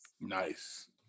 Nice